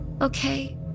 Okay